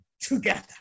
together